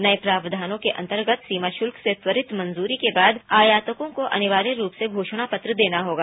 नये प्रावधानों के अंतर्गत सीमा शुल्क से त्वरित मंजूरी के बाद आयातको को अनिवाय रूप से घोषणा पत्र देना होगा